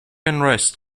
unrest